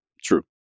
true